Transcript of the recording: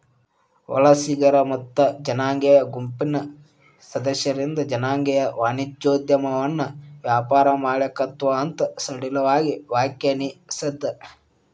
ವಲಸಿಗರ ಮತ್ತ ಜನಾಂಗೇಯ ಗುಂಪಿನ್ ಸದಸ್ಯರಿಂದ್ ಜನಾಂಗೇಯ ವಾಣಿಜ್ಯೋದ್ಯಮವನ್ನ ವ್ಯಾಪಾರ ಮಾಲೇಕತ್ವ ಅಂತ್ ಸಡಿಲವಾಗಿ ವ್ಯಾಖ್ಯಾನಿಸೇದ್